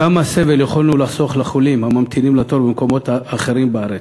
כמה סבל יכולנו לחסוך לחולים הממתינים לתור במקומות אחרים בארץ.